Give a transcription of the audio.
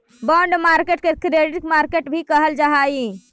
bond market के credit market भी कहल जा हइ